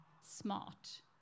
smart